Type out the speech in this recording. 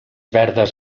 verdes